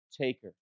taker